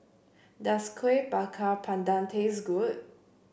does Kuih Bakar Pandan taste good